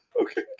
Okay